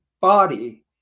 body